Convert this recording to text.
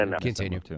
Continue